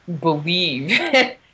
believe